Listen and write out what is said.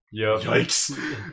yikes